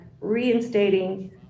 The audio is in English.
reinstating